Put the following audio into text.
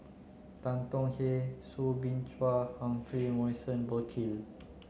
Tan Tong Hye Soo Bin Chua Humphrey Morrison Burkill